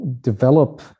develop